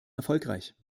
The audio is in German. erfolgreich